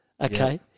Okay